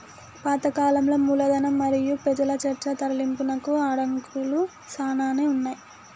పాత కాలంలో మూలధనం మరియు పెజల చర్చ తరలింపునకు అడంకులు సానానే ఉన్నాయి